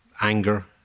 anger